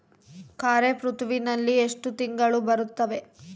ಖಾರೇಫ್ ಋತುವಿನಲ್ಲಿ ಎಷ್ಟು ತಿಂಗಳು ಬರುತ್ತವೆ?